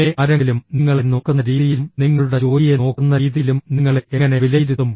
പിന്നെ ആരെങ്കിലും നിങ്ങളെ നോക്കുന്ന രീതിയിലും നിങ്ങളുടെ ജോലിയെ നോക്കുന്ന രീതിയിലും നിങ്ങളെ എങ്ങനെ വിലയിരുത്തും